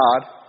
God